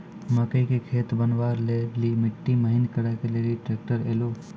मकई के खेत बनवा ले ली मिट्टी महीन करे ले ली ट्रैक्टर ऐलो?